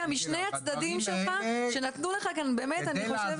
משני הצדדים שלך שנתנו לך באמת אני חושבת.